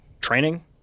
training